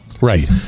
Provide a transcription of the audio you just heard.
Right